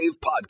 Podcast